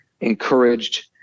encouraged